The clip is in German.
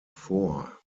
vor